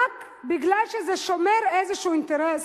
רק בגלל שזה שומר איזשהו אינטרס,